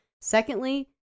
Secondly